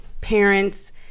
parents